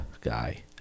guy